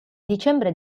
dicembre